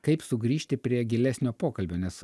kaip sugrįžti prie gilesnio pokalbio nes